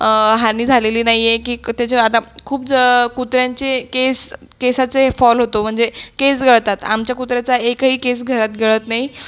हानी झालेली नाही आहे की त्याचे आता खूप कुत्र्यांचे केस केसाचे फॉल होतो म्हणजे केस गळतात आमच्या कुत्र्याचा एकही केस घरात गळत नाही